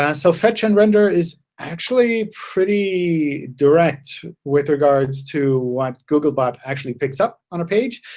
and so fetch and render is actually pretty direct with regards to what googlebot actually picks up on a page.